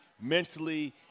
mentally